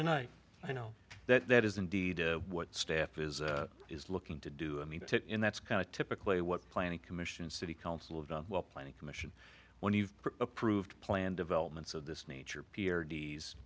tonight i know that that is indeed what staff is is looking to do and that's kind of typically what planning commission city council of planning commission when you've approved plan developments of this nature p